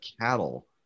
cattle